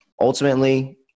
ultimately